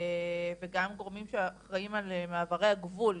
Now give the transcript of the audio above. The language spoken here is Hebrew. וגם גורמים שאחראיים על מעברי הגבול,